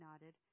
nodded